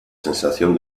sensación